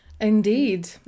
Indeed